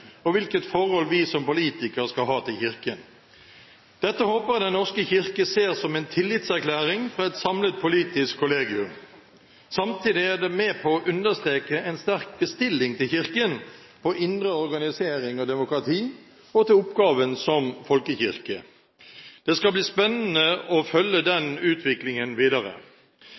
og hvilket forhold vi som politikere skal ha til Kirken. Det håper jeg Den norske kirke ser som en tillitserklæring fra et samlet politisk kollegium. Samtidig er det med på å understreke en sterk bestilling til Kirken når det gjelder indre organisering og demokrati og oppgaven som folkekirke. Det skal bli spennende å følge den utviklingen videre.